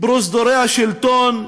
פרוזדורי השלטון,